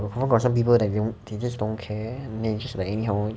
confirm got some people that you know they just don't care then they just like anyhow